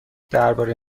درباره